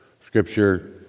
Scripture